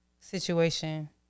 situation